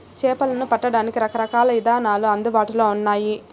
చేపలను పట్టడానికి రకరకాల ఇదానాలు అందుబాటులో ఉన్నయి